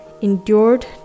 endured